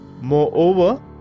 Moreover